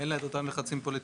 אין לה את אותם לחצים פוליטיים,